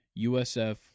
USF